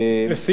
לסיום, תאמר לנו.